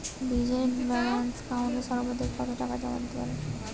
Zero balance একাউন্টে সর্বাধিক কত টাকা জমা দিতে পারব?